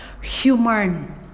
human